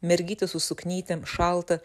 mergytės su suknytėm šalta